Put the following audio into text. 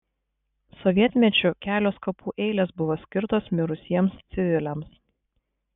sovietmečiu kelios kapų eilės buvo skirtos mirusiems civiliams